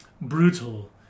brutal